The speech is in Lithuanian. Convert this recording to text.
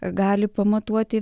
gali pamatuoti